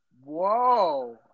Whoa